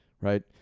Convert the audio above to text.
right